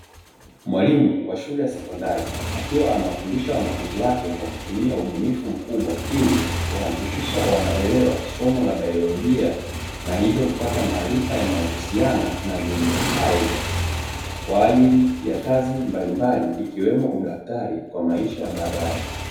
Mwalimu wa shule ya sekondari, akiwa anawafundisha wanafunzi wake kwa kutumia ubunifu mkubwa, ili kuhakikisha wanaelewa somo la baiolojia na hivyo kupata maarifa yanayohusiana na viumbe hai kwa ajili ya kazi mbalimbali, ikiwemo udaktari kwa maisha ya baadaye.